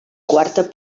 quarta